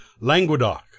Languedoc